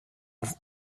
i’ve